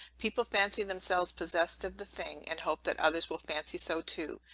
people fancy themselves possessed of the thing, and hope that others will fancy so too,